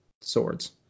swords